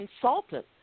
consultant